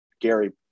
Gary